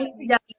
together